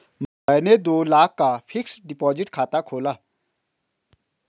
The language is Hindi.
मैंने दो लाख का फ़िक्स्ड डिपॉज़िट खाता खोला